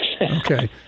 Okay